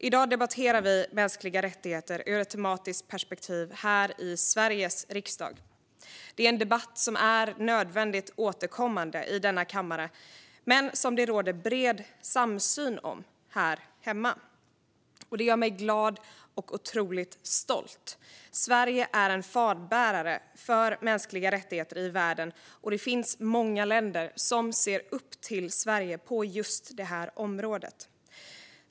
I dag debatterar vi mänskliga rättigheter ur ett tematiskt perspektiv här i Sveriges riksdag. Det är en debatt som är nödvändigt återkommande i denna kammare men som det råder bred samsyn om här hemma, vilket gör mig glad och otroligt stolt. Sverige är en fanbärare för mänskliga rättigheter i världen, och det finns många länder som ser upp till Sverige på just det här området.